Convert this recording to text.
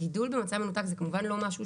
גידול במצע מנותק זה כמובן לא משהו